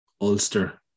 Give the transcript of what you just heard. Ulster